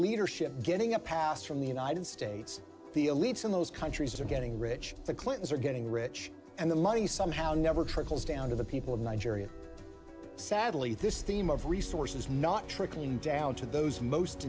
leadership getting a pass from the united states the elites in those countries are getting rich the clintons are getting rich and the money somehow never trickles down to the people of nigeria sadly this theme of resources not trickling down to those most